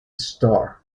star